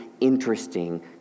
interesting